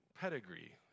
pedigree